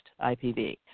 IPV